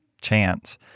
chance